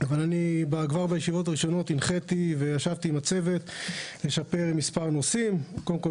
כבר בישיבות הראשונות ישבתי עם הצוות והנחיתי לשפר מספר נושאים קודם כל,